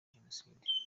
jenoside